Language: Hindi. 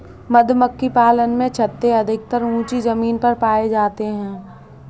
मधुमक्खी पालन में छत्ते अधिकतर ऊँची जमीन पर पाए जाते हैं